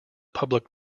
public